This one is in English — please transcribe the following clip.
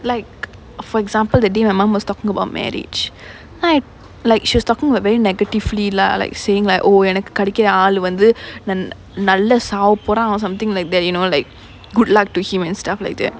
like for example that day my mum was talking about marriage like like she was talking about very negatively lah like saying like oh எனக்கு கிடைக்குற ஆளு வந்து நல்லா சாவப்போறான்:enakku kidaikura aalu vanthu nallaa saavapporaan or something like that you know like good luck to him and stuff like that